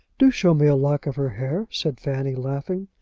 do show me a lock of her hair, said fanny, laughing.